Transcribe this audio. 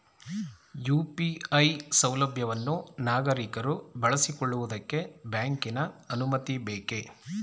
UPI ಸೌಲಭ್ಯವನ್ನು ನಾಗರಿಕರು ಬಳಸಿಕೊಳ್ಳುವುದಕ್ಕೆ ಬ್ಯಾಂಕಿನ ಅನುಮತಿ ಬೇಕೇ?